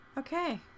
Okay